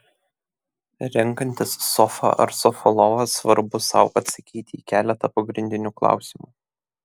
renkantis sofą ar sofą lovą svarbu sau atsakyti į keletą pagrindinių klausimų